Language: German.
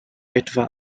etwa